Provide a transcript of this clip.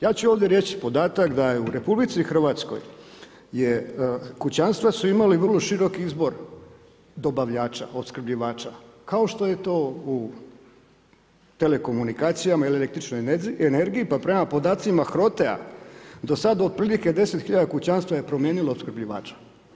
Ja ću ovdje reći podatak da je u RH, kućanstva su imala vrlo široki izbor dobavljača, opskrbljivača, kao što je to u telekomunikacijama ili električnoj energiji, pa prema podacima HROT, do sad otprilike 10000 kućanstva je promijenilo opskrbljivača.